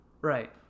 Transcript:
Right